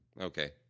Okay